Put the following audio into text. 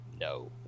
no